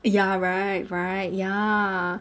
ya right right ya